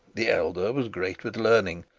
the eldest was great with learning,